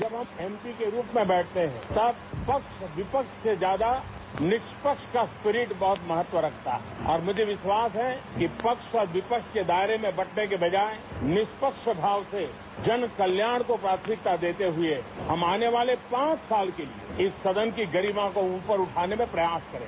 जब हम एमपी के रूप में बैठते हैं तब पक्ष विपक्ष से ज्यादा निष्पक्ष का स्प्रिट बहुत महत्व रखता है और मुझे विश्वास है कि पक्ष और विपक्ष के दायरे में बंटने की बजाए निष्पक्ष भाव से जन कल्याण को प्राथमिकता देते हुए हम आने वाले पांच साल की इस सदन की गरिमा को ऊपर उठाने में प्रयास करें